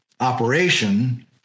Operation